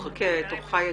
חכה, תורך יגיע.